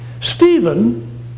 Stephen